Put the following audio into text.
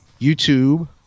YouTube